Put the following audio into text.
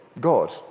God